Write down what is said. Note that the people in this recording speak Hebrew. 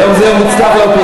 היום זה יום מוצלח לאופוזיציה.